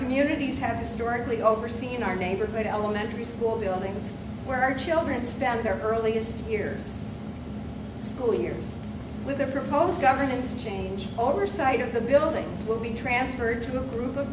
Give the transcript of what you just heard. communities have historically overseen our neighborhood elementary school buildings where our children spend their earliest years or years with the proposed governance change oversight of the buildings will be transferred to a group of